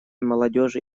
молодежи